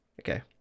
Okay